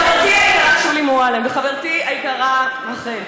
חברתי שולי מועלם וחברתי היקרה רחל,